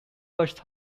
was